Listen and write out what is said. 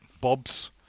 Bobs